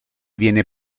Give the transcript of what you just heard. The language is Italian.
viene